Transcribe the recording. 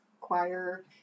choir